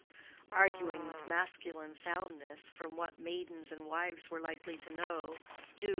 arguing with masculine soundness from what maidens and wives were likely to know,